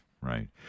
right